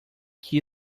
que